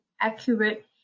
accurate